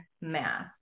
math